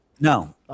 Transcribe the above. No